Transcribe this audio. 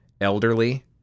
elderly